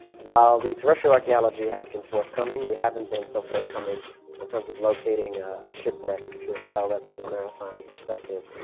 while the terrestrial archaeology has been forthcoming, we haven't been so forthcoming in terms of locating a shipwreck to tell that sort of maritime perspective.